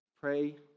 pray